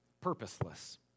purposeless